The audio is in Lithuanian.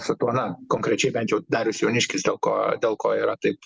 su tuo na konkrečiai bent jau darius jauniškis dėl ko dėl ko yra taip